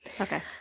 Okay